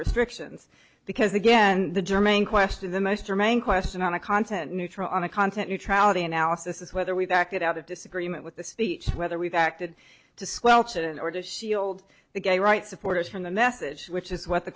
restrictions because again the germane question the most or main question on a content neutral on a content neutrality analysis is whether we've acted out of disagreement with the speech whether we've acted to squelch it or to shield the gay rights supporters from the message which is what the